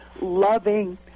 loving